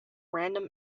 random